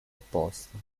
opposta